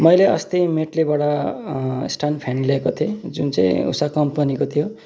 मैले अस्ति मेटलीबाट स्ट्यान्ड फ्यान ल्याएको थिएँ जुन चाहिँ उषा कम्पनीको थियो